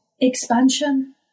expansion